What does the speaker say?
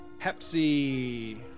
Pepsi